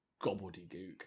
gobbledygook